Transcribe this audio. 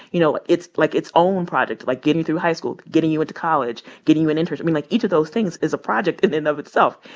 you know, it's like its own project. like, getting through high school, getting you into college, getting you an internship. like, each of those things is a project in and of itself.